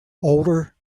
older